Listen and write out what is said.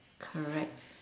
correct